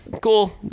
cool